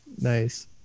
Nice